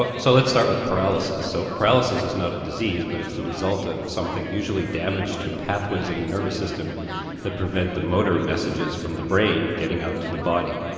but so let's start with paralysis so paralysis is not a disease but it's the result of something usually damage to pathways in the nervous system that prevent the motor messages from the brain getting out to the body.